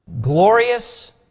glorious